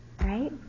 Right